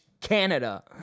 Canada